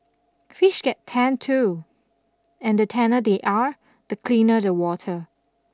fish get tanned too and the tanner they are the cleaner the water